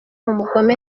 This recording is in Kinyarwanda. umugome